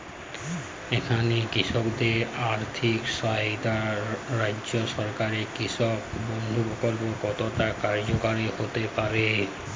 এখানে কৃষকদের আর্থিক সহায়তায় রাজ্য সরকারের কৃষক বন্ধু প্রক্ল্প কতটা কার্যকরী হতে পারে?